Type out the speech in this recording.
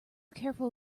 careful